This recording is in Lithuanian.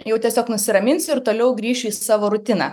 jau tiesiog nusiraminsiu ir toliau grįšiu į savo rutiną